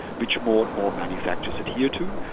which more and more manufacturers adhere to.